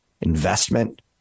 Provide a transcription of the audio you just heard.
investment